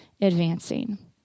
advancing